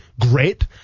great